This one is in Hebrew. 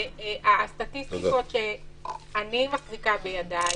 הסטטיסטיקות שאני מחזיקה בידיי